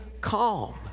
calm